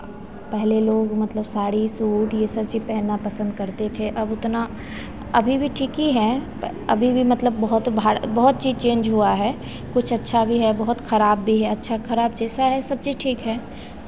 पहले लोग मतलब साड़ी सूट यह सब चीज़ पहनना पसंद करते थे अब उतना अभी भी ठीक यह है अभी भी मतलब बहुत बहुत चीज़ चेंज हुआ है कुछ अच्छा भी है बहुत खराब भी है अच्छा खराब जैसा है सब चीज़ ठीक है